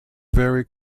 very